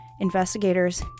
investigators